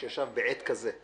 שישב וכתב בעט כזה,